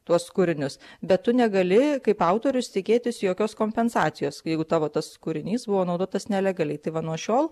tuos kūrinius bet tu negali kaip autorius tikėtis jokios kompensacijos jeigu tavo tas kūrinys buvo naudotas nelegaliai tai va nuo šiol